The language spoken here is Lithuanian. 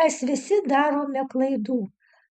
mes visi darome klaidų